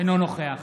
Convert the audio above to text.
אינו נוכח